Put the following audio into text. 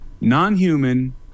non-human